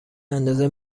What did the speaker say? اندازه